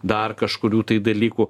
dar kažkurių tai dalykų